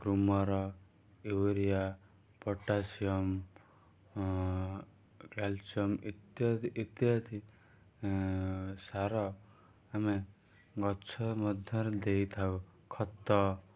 Gromor urea potassium calcium ଇତ୍ୟାଦି ଇତ୍ୟାଦି ସାର ଆମେ ଗଛ ମଧ୍ୟରେ ଦେଇଥାଉ ଖତ